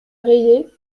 rayée